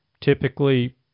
typically